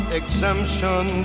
exemption